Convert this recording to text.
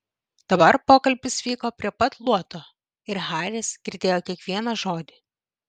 dabar pokalbis vyko prie pat luoto ir haris girdėjo kiekvieną žodį